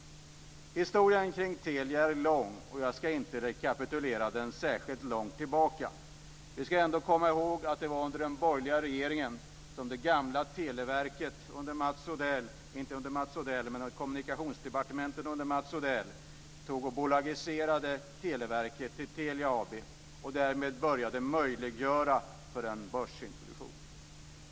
Telias historia är lång, och jag ska inte rekapitulera den särskilt långt tillbaka. Vi ska ändå komma ihåg att det var under den borgerliga regeringen som det gamla Televerket, under Kommunikationsdepartementet lett av Mats Odell, bolagiserades till Telia AB och därmed en börsintroduktion började möjliggöras.